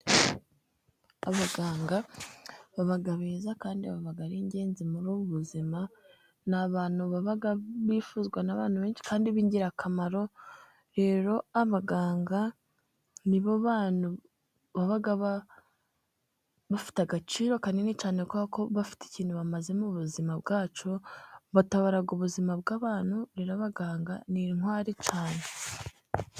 Abaganga baba beza, kandi baba ari ab'ingenzi muri ubu buzima, n'abantu baba bifuzwa n'abantu benshi, kandi b'ingirakamaro rero abaganga nibo bantu baba bafite agaciro kanini cyane, kuko bafite ikintu bamaze mu buzima bwacu, batabaraga ubuzima bw'abantu rero abaganga ni intwari cyane.